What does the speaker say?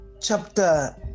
chapter